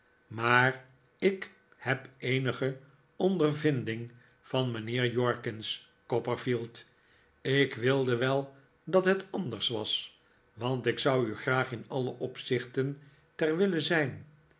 maar ik heb eenige ondervinding van mijnheer jorkins copperfield ik wilde wel dat het anders was want ik zou u graag in alle opzichten ter wille zijn